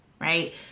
right